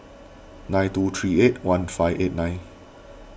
nine two three eight one five eight nine